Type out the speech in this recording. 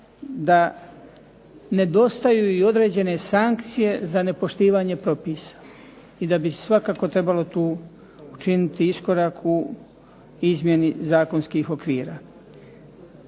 da nedostaju i određene sankcije za nepoštivanje propisa i da bi svakako trebalo tu učiniti iskorak u izmjeni zakonskih okvira.